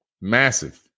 Massive